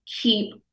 keep